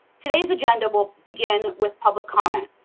today's agenda will begin with public comment.